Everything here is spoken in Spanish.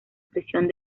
prisión